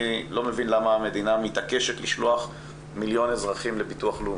אני לא מבין למה המדינה מתעקשת לשלוח מיליון אזרחים לביטוח לאומי.